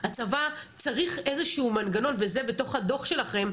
הצבא צריך איזשהו מנגנון וזה בתוך הדוח שלכם,